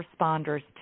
responders